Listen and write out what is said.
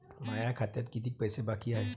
माया खात्यात कितीक पैसे बाकी हाय?